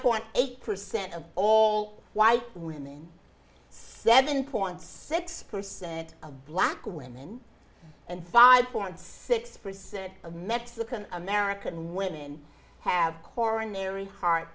point eight percent of all white women seven point six percent of black women and five point six percent of mexican american women have coronary heart